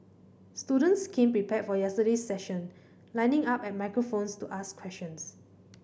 students came prepared for yesterday's session lining up at microphones to ask questions